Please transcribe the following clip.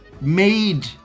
made